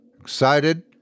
Excited